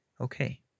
okay